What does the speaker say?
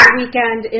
weekend